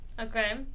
Okay